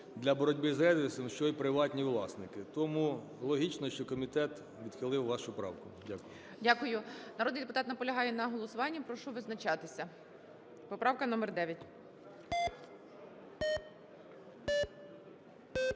для боротьби з рейдерством, що й приватні власники. Тому логічно, що комітет відхилив вашу правку. Дякую. ГОЛОВУЮЧИЙ. Дякую. Народний депутат наполягає на голосуванні. Прошу визначатися. Поправка номер 9.